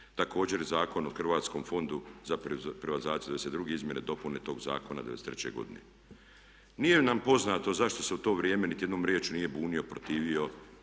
Također i Zakon o Hrvatskom fondu za privatizaciju '92. izmjene i dopune tog zakona '93. godine. Nije nam poznato zašto se u to vrijeme niti jednom riječju nije bunio, protivio